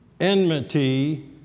enmity